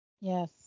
Yes